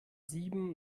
sieben